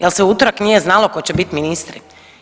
Jel' se u utorak nije znalo tko će biti ministri?